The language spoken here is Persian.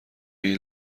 این